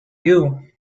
you